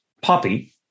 Poppy